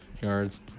Yards